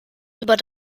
über